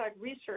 research